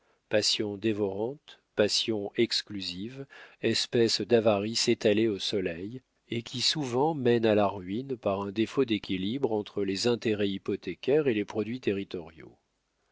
passion dévorante passion exclusive espèce d'avarice étalée au soleil et qui souvent mène à la ruine par un défaut d'équilibre entre les intérêts hypothécaires et les produits territoriaux